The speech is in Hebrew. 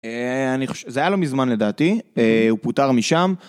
זה היה לו מזמן לדעתי, הוא פוטר משם.